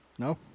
No